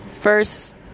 first